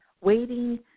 waiting